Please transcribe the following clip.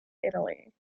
italy